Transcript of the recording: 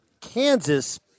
Kansas